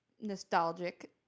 nostalgic